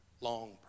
long